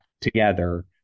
together